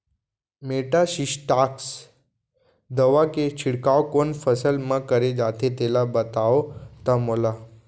Metasystox दवा के छिड़काव कोन फसल म करे जाथे तेला बताओ त मोला?